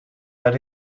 that